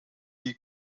die